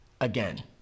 again